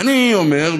ואני אומר,